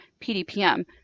PDPM